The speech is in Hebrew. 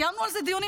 קיימנו על זה דיונים.